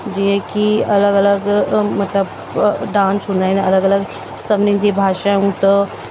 जीअं की अलॻि अलॻि मतिलब डांस हुंदा आहिनि अलॻि अलॻि सभिनी जी भाषाऊं त